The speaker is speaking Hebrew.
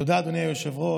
תודה, אדוני היושב-ראש.